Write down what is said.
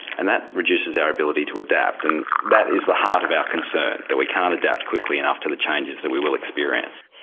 and that reduces our ability to adapt and that is the heart of our concern that we can't adapt quickly enough to the changes that we will experience.